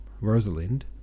Rosalind